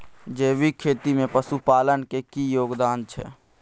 जैविक खेती में पशुपालन के की योगदान छै?